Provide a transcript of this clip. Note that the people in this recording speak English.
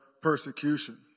persecution